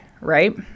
right